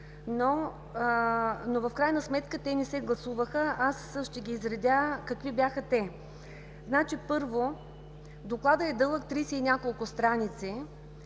но в крайна сметка те не се гласуваха. Аз ще изредя какви бяха те. Първо, Докладът е дълъг тридесет и няколко страници